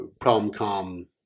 prom-com